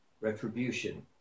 retribution